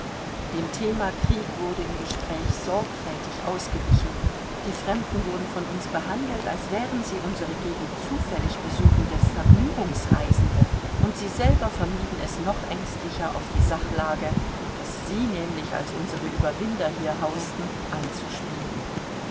dem thema krieg wurde im gespräch sorgfältig ausgewichen die fremden wurden von uns behandelt als wären sie unsere gegend zufällig besuchende vergnügungsreisende und sie selber vermieden es noch ängstlicher auf die sachlage daß sie nämlich als unsere überwinder hier hausten anzuspielen